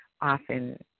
often